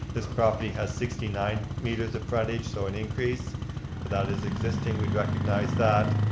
this property has sixty nine meters of frontage so an increase without is existing we'd recognize that.